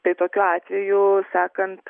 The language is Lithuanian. tai tokiu atveju sekant